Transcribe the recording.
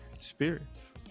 spirits